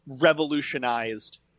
revolutionized